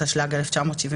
התשל"ג-1973".